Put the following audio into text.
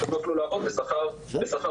או שלא יוכלו לעבוד בשכר הולם.